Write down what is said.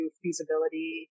feasibility